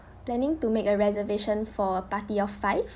planning to make a reservation for party of five